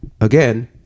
again